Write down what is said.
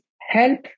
help